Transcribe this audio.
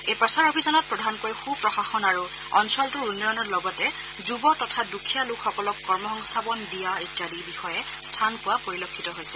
এই প্ৰচাৰ অভিযানত প্ৰধানকৈ সূ প্ৰশাসন আৰু অঞ্চলটোৰ উন্নয়নৰ লগতে যুৱ তথা দুখীয়া লোকসকলক কৰ্মসংস্থাপন দিয়া ইত্যাদি বিষয়ে স্থান পোৱা পৰিলক্ষিত হৈছে